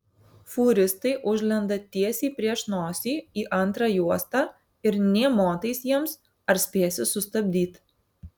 fūristai užlenda tiesiai prieš nosį į antrą juostą ir nė motais jiems ar spėsi sustabdyt